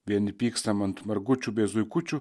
vieni pykstam ant margučių bei zuikučių